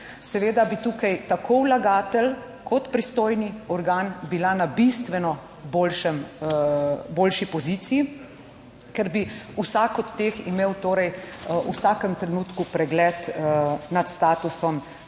Seveda bi tukaj tako vlagatelj kot pristojni organ bila na bistveno boljšem, boljši poziciji, ker bi vsak od teh imel torej v vsakem trenutku pregled nad statusom